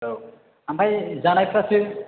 औ ओमफ्राय जानायफ्रासो